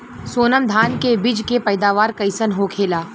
सोनम धान के बिज के पैदावार कइसन होखेला?